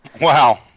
Wow